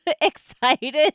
excited